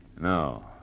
No